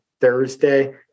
thursday